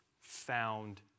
found